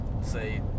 say